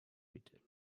bitte